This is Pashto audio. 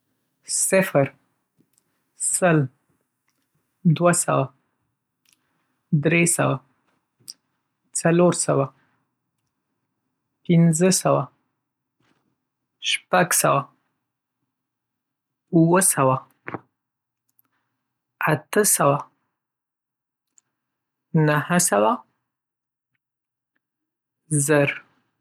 صفر، سل، دوه سوه، درې سوه، څلور سوه، پنځه سوه، شپږ سوه، اووه سوه، اته سوه، نهه سوه، زر.